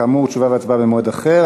כאמור, תשובה והצבעה במועד אחר.